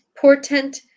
portent